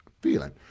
feeling